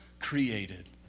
created